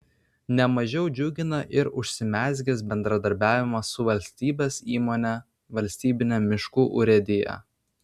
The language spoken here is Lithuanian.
ne mažiau džiugina ir užsimezgęs bendradarbiavimas su valstybės įmone valstybine miškų urėdija